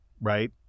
right